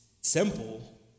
simple